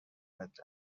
بده